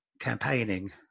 campaigning